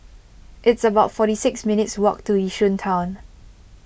it's about forty six minutes' walk to Yishun Town